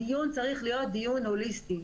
הדיון צריך להיות דיון הוליסטי.